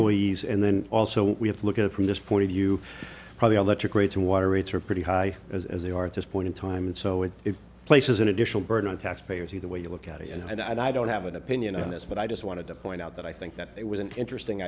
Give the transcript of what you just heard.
police and then also we have to look at it from this point of view probably electric rates or water rates are pretty high as they are at this point in time and so it it places an additional burden on taxpayers either way you look at it and i don't have an opinion on this but i just wanted to point out that i think that it was an interesting